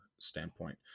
standpoint